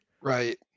right